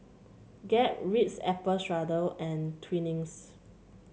Gap Ritz Apple Strudel and Twinings